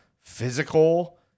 physical